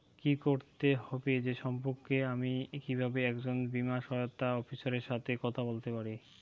কী করতে হবে সে সম্পর্কে আমি কীভাবে একজন বীমা সহায়তা অফিসারের সাথে কথা বলতে পারি?